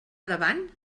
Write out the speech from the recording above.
davant